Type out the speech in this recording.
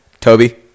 Toby